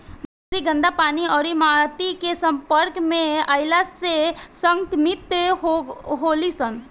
बकरी गन्दा पानी अउरी माटी के सम्पर्क में अईला से संक्रमित होली सन